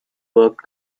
worked